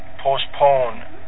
postpone